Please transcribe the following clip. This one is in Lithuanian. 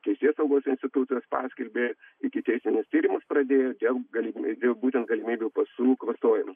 teisėsaugos institucijos paskelbė ikiteisminius tyrimus pradėjo dėl galimy būtent galimybių pasų klastojimo